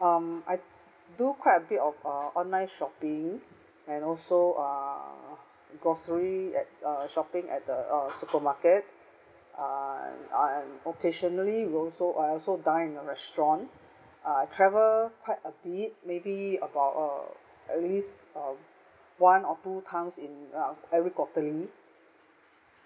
um I do quite a bit of uh online shopping and also uh grocery at uh shopping at the uh supermarket uh uh occasionally we also I also dine in the restaurant uh travel quite a bit maybe about uh at least uh one or two times in uh every quarterly